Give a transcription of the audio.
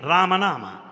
Ramanama